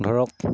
ধৰক